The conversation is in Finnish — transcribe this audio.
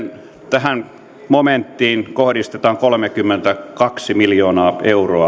tähän momenttiin kohdistetaan kolmekymmentäkaksi miljoonaa euroa lisää